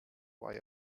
why